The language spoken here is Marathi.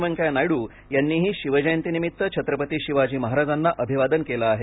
वेंकय्या नायडू यांनीही शिवजयंतीनिमित्त छत्रपती शिवाजी महाराजांना अभिवादन केलं आहे